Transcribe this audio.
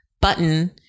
button